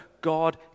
God